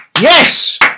Yes